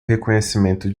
reconhecimento